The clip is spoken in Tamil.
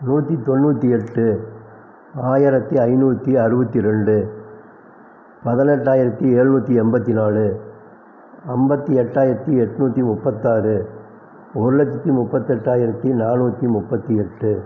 நூற்றி தொண்ணூற்றி எட்டு ஆயிரத்து ஐநூற்றி அறுபத்தி ரெண்டு பதினெட்டாயிரத்து ஏழ்நூற்றி எண்பத்தி நாலு ஐம்பத்தி எட்டாயிரத்து எட்நூற்றி முப்பத்தாறு ஒரு லட்சத்து முப்பத்தெட்டாயிரத்து நாநூற்றி முப்பத்து எட்டு